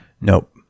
Nope